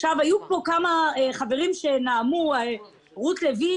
היו פה כמה חברים שנאמו רות לוין,